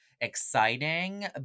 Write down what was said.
exciting